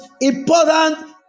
important